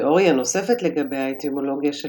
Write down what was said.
תיאוריה נוספת לגבי האטימולוגיה של